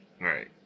Right